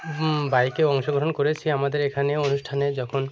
হুম বাইকে অংশগ্রহণ করেছি আমাদের এখানে অনুষ্ঠানে যখন